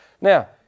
Now